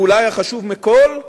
ואול החשוב מכול: